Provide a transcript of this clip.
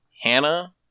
Hannah